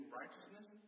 righteousness